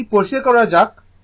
তো এটি পরিষ্কার করা যাক